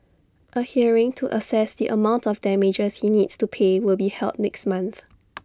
A hearing to assess the amount of damages he needs to pay will be held next month